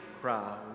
crowd